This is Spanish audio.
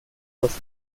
voces